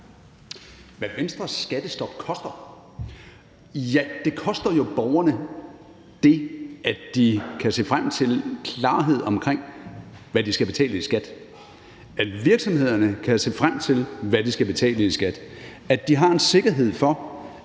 Hvad Venstres skattestop koster? Ja, det koster jo borgerne det, at de kan se frem til klarhed omkring, hvad de skal betale i skat, at virksomhederne kan se frem imod, hvad de skal betale i skat, og at de har en sikkerhed for,